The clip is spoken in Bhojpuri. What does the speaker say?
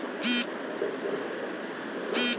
रेशम क कीड़ा पाले के काम के सेरीकल्चर कहल जाला